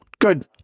good